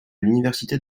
l’université